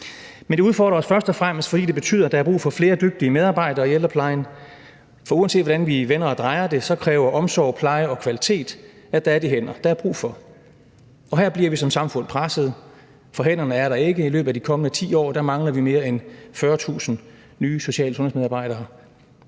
Men det udfordrer os først og fremmest, fordi det betyder, at der er brug for flere dygtige medarbejdere i ældreplejen. For uanset hvordan vi vender og drejer det, kræver omsorg, pleje og kvalitet, at der er de hænder, der er brug for. Og her bliver vi som samfund presset, for hænderne er der ikke. I løbet af de kommende 10 år mangler vi mere end 40.000 nye social- og sundhedsmedarbejdere.